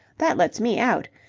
that lets me out.